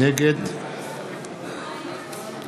נגד